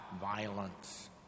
violence